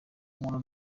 umuntu